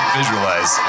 Visualize